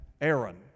Aaron